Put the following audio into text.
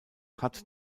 hat